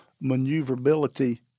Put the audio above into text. maneuverability